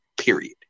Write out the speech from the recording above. period